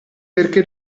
perché